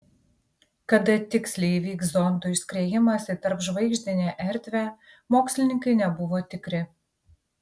kada tiksliai įvyks zondų išskriejimas į tarpžvaigždinę erdvę mokslininkai nebuvo tikri